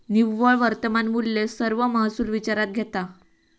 निव्वळ वर्तमान मुल्य सर्व महसुल विचारात घेता